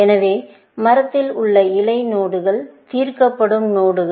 எனவே மரத்தில் உள்ள இலை நோடுகள் தீர்க்கப்படும் நோடுகள்